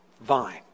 vine